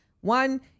One